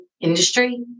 industry